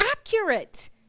accurate